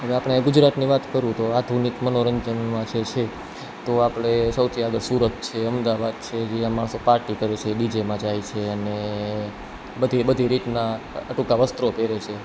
હવે આપણે ગુજરાતની વાત કરું તો આધુનિક મનોરંજનમાં જે છે તો આપણે સૌથી આગળ સુરત છે અમદાવાદ છે જ્યાં માણસો પાર્ટી કરે છે ડીજેમાં જાય છે અને બધી બધી રીતના ટૂંકા વસ્ત્રો પહેરે છે